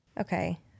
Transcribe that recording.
Okay